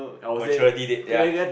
maturity dead ya